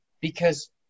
Because-